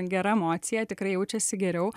gera emocija tikrai jaučiasi geriau